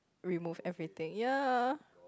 remove everything ya